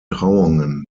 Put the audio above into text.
trauungen